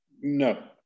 no